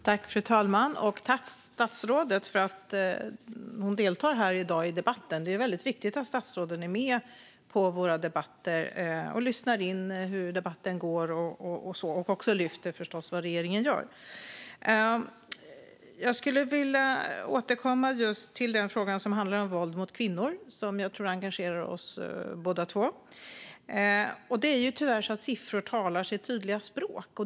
Fru talman! Tack, statsrådet, för att du deltar i debatten i dag! Det är viktigt att statsråden är med i våra debatter för att lyssna in hur debatten går och även tar upp vad regeringen gör. Jag vill återkomma till frågan om våld mot kvinnor, något jag tror engagerar oss båda. Tyvärr talar siffror sitt tydliga språk.